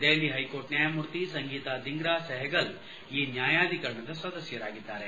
Delhi high court ನ್ಯಾಯಮೂರ್ತಿ ಸಂಗೀತಾ ಧಿಂಗ್ರಾ ಸೆಹಗಲ್ ಈ ನ್ಯಾಯಾಧೀಕರಣ ಸದಸ್ಯರಾಗಿದ್ದಾರೆ